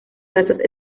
casas